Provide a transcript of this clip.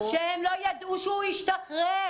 שהם לא ידעו שהוא השתחרר.